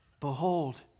Behold